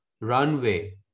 runway